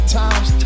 times